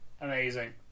Amazing